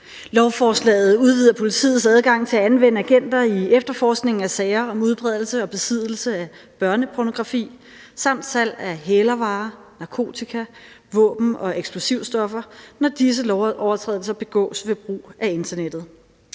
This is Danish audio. Lovforslaget udvider politiets adgang til at anvende agenter i efterforskningen af sager om udbredelse og besiddelse af børnepornografi samt salg af hælervarer, narkotika, våben og eksplosivstoffer, når disse lovovertrædelser begås ved brug af internettet.